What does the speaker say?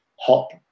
hot